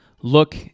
look